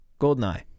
GoldenEye